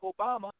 Obama